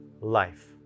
life